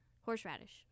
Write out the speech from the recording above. Horseradish